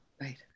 Right